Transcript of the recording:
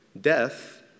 Death